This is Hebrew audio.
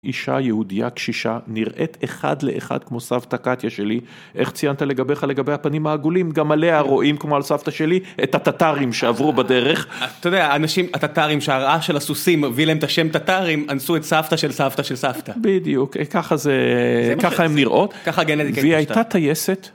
אישה יהודיה קשישה, נראית אחד לאחד כמו סבתא קטיה שלי. איך ציינת לגביך לגבי הפנים העגולים? גם עליה רואים כמו על סבתא שלי את הטטרים שעברו בדרך. אתה יודע, האנשים הטטרים שהראה של הסוסים הביא להם את השם טטרים, אנסו את סבתא של סבתא של סבתא. בדיוק, ככה הם נראות, והיא הייתה טייסת.